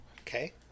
okay